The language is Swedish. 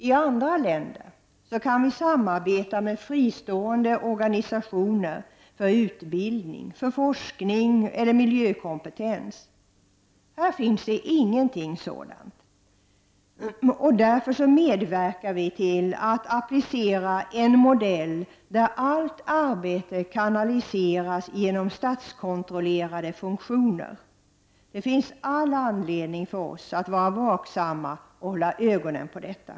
I andra länder kan vi samarbeta med fristående organisationer för utbildning, för forskning eller för miljökompetens. Här finns ingenting sådant. Därför medverkar vi till att applicera en modell där allt arbete kanaliseras genom statskontrollerade funktioner. Det finns all anledning för oss att vara vaksamma och hålla ögonen på detta.